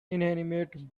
inanimate